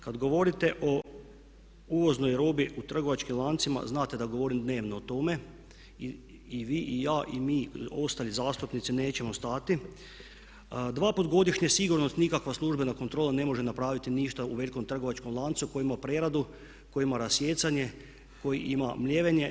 Kad govorite o uvoznoj robi u trgovačkim lancima, znate da govorim dnevno o tome, i vi i ja i mi i ostali zastupnici nećemo stati, dva puta godišnje sigurno nikakva službena kontrola ne može napraviti ništa u velikom trgovačkom lancu koji ima preradu, koji ima rasijecanje, koji ima mljevenje.